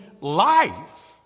life